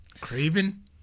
Craven